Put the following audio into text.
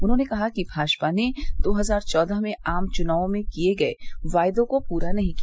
उन्होंने कहा कि भाजपा ने दो हजार चौदह के आम चुनावों में किए गए वायदों को पूरा नहीं किया